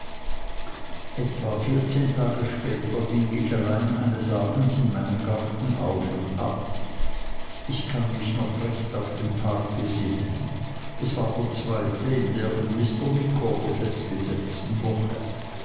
etwa vierzehn tage später ging ich allein eines abends in meinem garten auf und ab ich kann mich noch recht gut auf den tag besinnen es war der zweite in der von mr micawber festgesetzten woche